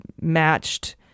matched